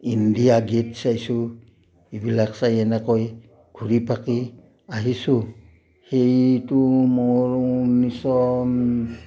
India gate চাইছোঁ এইবিলাক চাই এনেকৈ ঘূৰি পকি আহিছোঁ সেইটো মোৰ ঊনৈছশ